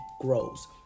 grows